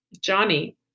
Johnny